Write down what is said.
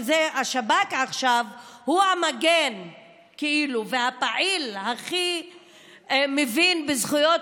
שלא ישלו אותנו שהשב"כ הוא עכשיו המגן והפעיל הכי מבין בזכויות